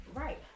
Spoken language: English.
Right